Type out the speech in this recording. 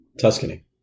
Tuscany